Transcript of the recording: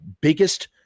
biggest